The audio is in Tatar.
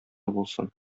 булсын